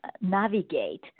navigate